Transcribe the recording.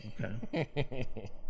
Okay